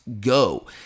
go